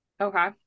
Okay